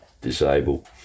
disable